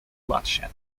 bloodshed